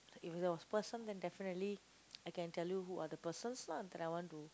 if that was person then definitely I can tell you who are the persons lah that I want to